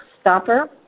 stopper